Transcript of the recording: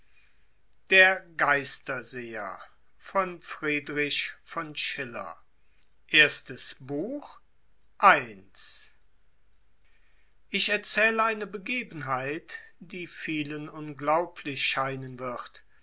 von o erstes buch ich erzähle eine begebenheit die vielen unglaublich scheinen wird